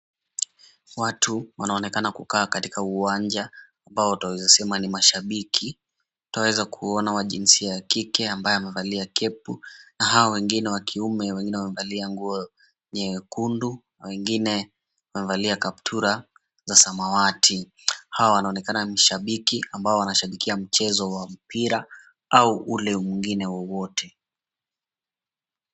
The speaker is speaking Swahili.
Watu wanaonekana kukaa katika uwanja ambao twaweza sema ni mashabiki. Twaweza kuona wa jinsia ya kike ambaye amevalia kepu na hao wengine wakiume wengine wamevalia nguo nyekundu na wengine wamevalia kaptula za samawati. Hawa wanaonekana ni shambiki ambao wanashambikia mchezo wa mpira au ule mwingine wowote.